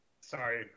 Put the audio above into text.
sorry